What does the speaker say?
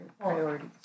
priorities